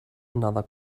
another